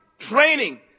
Training